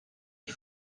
qui